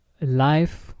life